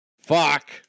Fuck